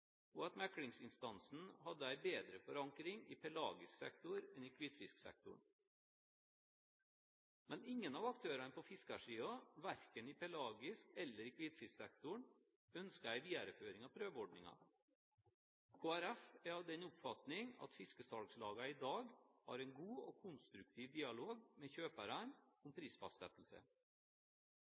og at meklingsinstansen hadde en bedre forankring i pelagisk sektor enn i hvitfisksektoren. Men ingen av aktørene på fiskersiden, verken i pelagisk sektor eller i hvitfisksektoren, ønsket en videreføring av prøveordningen. Kristelig Folkeparti er av den oppfatning at fiskesalgslagene i dag har en god og konstruktiv dialog med kjøperne om prisfastsettelse.